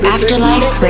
Afterlife